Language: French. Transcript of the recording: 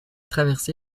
traversé